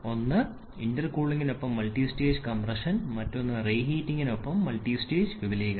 ഒന്ന് ഇന്റർകൂളിംഗിനൊപ്പം multistage compression മറ്റൊന്ന് റീഹീറ്റിംഗിനൊപ്പം മൾട്ടിസ്റ്റേജ് വിപുലീകരണം